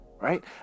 Right